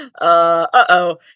Uh-oh